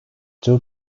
two